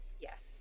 Yes